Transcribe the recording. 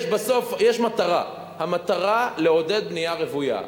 יש מטרה, המטרה לעודד בנייה רוויה.